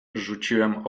rzuciłem